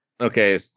Okay